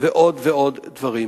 ועוד ועוד דברים.